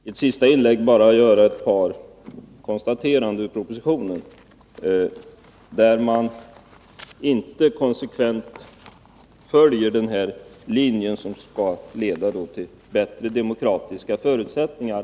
Herr talman! Jag skall i ett sista inlägg i den här debatten göra ett par konstateranden. I propositionen följer man inte konsekvent den linje som skall leda till bättre demokratiska förutsättningar.